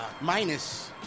Minus